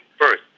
first